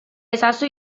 ezazu